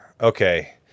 Okay